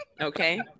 Okay